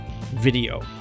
video